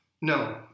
No